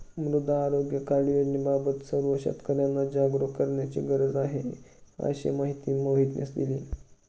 मृदा आरोग्य कार्ड योजनेबाबत सर्व शेतकर्यांना जागरूक करण्याची गरज आहे, अशी माहिती मोहितने दिली